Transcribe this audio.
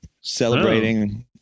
celebrating